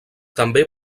també